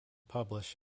publish